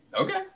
Okay